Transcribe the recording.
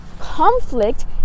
conflict